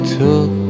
took